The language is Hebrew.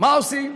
מה עושים?